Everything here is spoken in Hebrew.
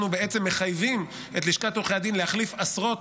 אנחנו בעצם מחייבים את לשכת עורכי הדין להחליף עשרות